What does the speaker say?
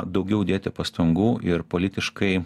daugiau dėti pastangų ir politiškai